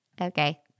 Okay